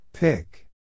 Pick